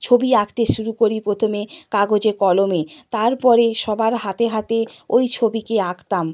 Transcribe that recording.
ছবি আঁকতে শুরু করি প্রথমে কাগজে কলমে তার পরে সবার হাতে হাতে ওই ছবিকে আঁকতাম